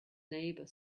neighbor